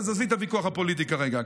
אז עזבי את הוויכוח הפוליטי כרגע,